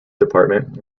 department